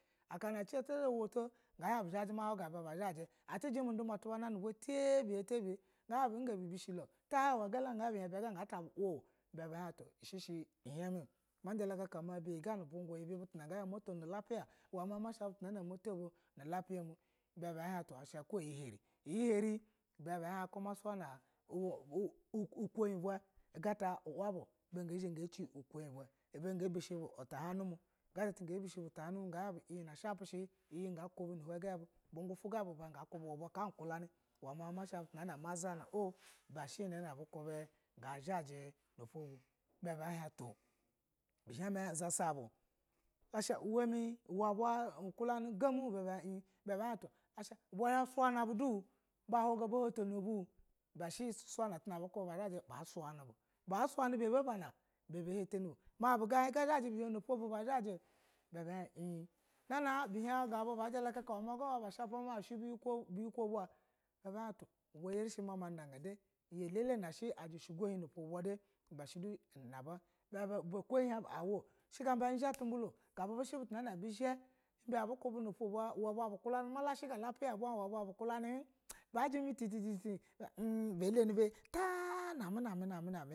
Akana atu zha to wuto ga hlo bu zhji mo huga ibe ba zhaji at, jimi uduma ta biye ta biye ga hin bu in ga bu bishe lo lule gana ta hain ga ta bu we ibe ba hin to isheshe in hami ma jala kaka butu a ga zha mata nu ulapiya mu ibe ba hin to ga iyi hare iyi hane ibe ba hin ga ma suya u u u kuyi ube ata uwabu ibe ga zha ga jitani kuyi ube ibe ga bishe bu uta hanu gata ga bishi bu lita hanu ibe ga hin bu yaji iye ga kubu nu uhen ga bu gufu ga bu ga kubi uba ka uwa ba ukulani ma ma meshi butu ne zana o ibe po a bu kubi ga zhaji na ofo bu ibe be hin to ihime ʒasa ba bo uwa ba uwami ubu kullani gom hin be hin in ibe ba hi be zha ba suya na bu do ba hotano bu ibe she tu suya na tu na ba suyani bu ba suyini bu, ba suyayi ri bu ba buna bugayi ga zha bi hin na ofo bu bazhji be hin be hin ga bu ba kubi ma shapa ba da biyiko uba ba hin to uba iyari she ma ma daga da iyi elele ishi ajishuga day ibe uyy she na aba ibe ukoyi in hin bu she ga ba izha tumbula o ibe ukoyi jisheji bu ba hin ga bu bizha tumpla o ga bu bizhe uwaba ubu kulani hin ma lashe ga ulapiya uba ba jim titit be e lani ta na mamina mi.